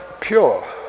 pure